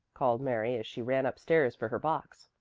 called mary as she ran up-stairs for her box.